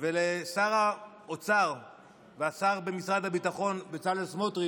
ולשר האוצר והשר במשרד הביטחון בצלאל סמוטריץ',